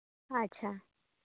ᱟᱪᱪᱷᱟ